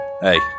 Hey